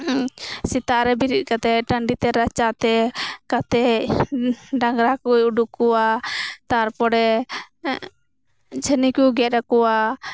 ᱥᱮᱛᱟᱜ ᱨᱮ ᱵᱤᱨᱤᱫ ᱠᱟᱛᱮᱫ ᱴᱟᱺᱰᱤᱛᱮ ᱨᱟᱪᱟᱛᱮ ᱠᱟᱛᱮᱫ ᱰᱟᱝᱨᱟᱠᱩᱭ ᱩᱰᱩᱠ ᱠᱚᱣᱟ ᱛᱟᱨᱯᱚᱨᱮ ᱪᱷᱟᱹᱱᱤᱠᱩᱭ ᱜᱮᱫ ᱟᱠᱩᱣᱟ